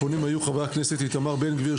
הפונים היו חברי הכנסת איתמר בן גביר,